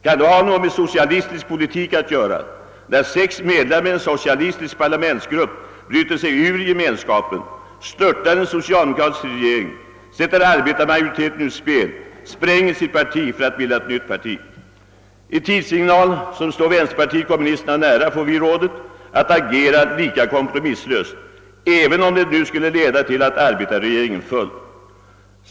Kan det ha någonting med socialistisk politik att göra att sex medlemmar av en socialistisk parlamentsgrupp bryter sig ur gemenskapen, störtar en socialdemokratisk regering, sätter arbetarmajoriteten ur spel och spränger sitt parti för att bilda ett nytt? I Tidsignal som står vänsterpartiet kommunisterna nära får vi rådet att agera lika kompromisslöst och, som det heter, »även om det skulle leda till att arbetarregeringen föll».